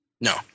No